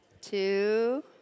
two